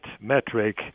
metric